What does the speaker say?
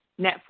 Netflix